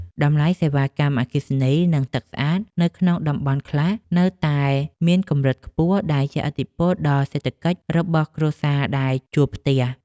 តម្លៃសេវាកម្មអគ្គិសនី និងទឹកស្អាតនៅក្នុងតំបន់ខ្លះនៅតែមានកម្រិតខ្ពស់ដែលជះឥទ្ធិពលដល់សេដ្ឋកិច្ចរបស់គ្រួសារដែលជួលផ្ទះ។